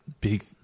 big